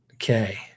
okay